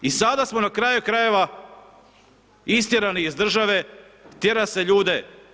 I sada smo na kraju krajeva istjerani iz države, tjera se ljude.